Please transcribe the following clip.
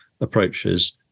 approaches